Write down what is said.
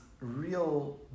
real